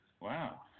Wow